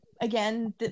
again